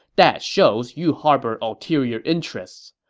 that shows you harbor ulterior interests.